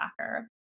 soccer